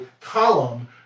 column